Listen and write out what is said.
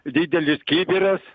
didelis kibiras